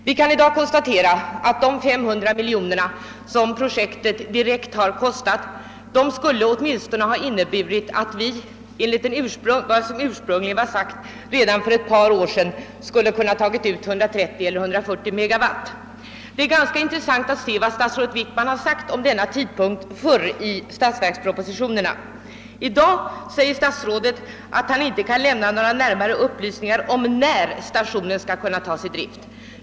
Vi kan i dag konstatera att de 500 miljoner kronor, som projektet dragit i direkta kostnader, åtminstone enligt vad som ursprungligen var förutsatt skulle ha inneburit att vi redan för ett par år sedan skulle ha kunnat ta ut 130—140 megawatt. Del är ganska intressant att studera vad statsrådet Wickman skrivit beträffande denna tidpunkt i tidigare statsverkspropositioner. I dag säger herr statsrådet att han inte kan lämna några närmare npplysningar om vid vilken tidpunkt stationen skall kunna sättas i drift.